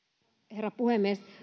herra puhemies